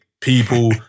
people